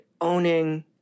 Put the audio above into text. owning